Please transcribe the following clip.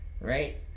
right